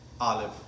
olive